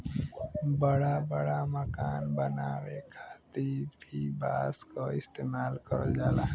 बड़ा बड़ा मकान बनावे खातिर भी बांस क इस्तेमाल करल जाला